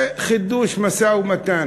על חידוש משא-ומתן.